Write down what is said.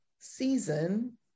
season